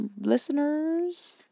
listeners